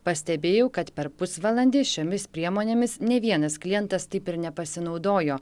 pastebėjau kad per pusvalandį šiomis priemonėmis nė vienas klientas taip ir nepasinaudojo